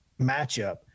matchup